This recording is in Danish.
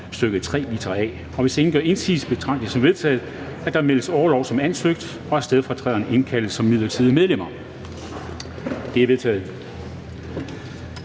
stk. 3, litra a. Hvis ingen gør indsigelse, betragter jeg det som vedtaget, at der meddeles orlov som ansøgt, og at stedfortræderne indkaldes som midlertidige medlemmer. Det er vedtaget.